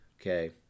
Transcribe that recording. Okay